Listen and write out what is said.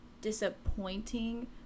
disappointing